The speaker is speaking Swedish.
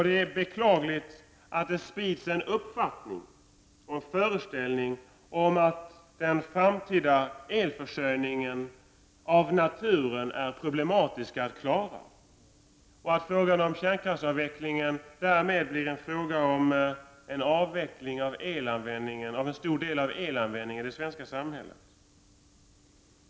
Det är beklagligt att det sprids en uppfattning och en föreställning om att den framtida elförsörjningen av naturliga skäl är problematisk att klara. Därmed blir frågan om kärnkraftsavvecklingen en fråga om avveckling av en stor del av elanvändningen i det svenska samhället.